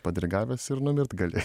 padirigavęs ir numirt gali